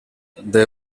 they